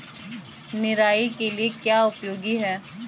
निराई के लिए क्या उपयोगी है?